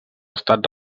estat